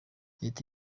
leta